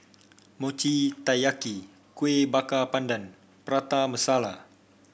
Mochi Taiyaki Kueh Bakar Pandan Prata Masala